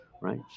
right